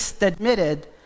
admitted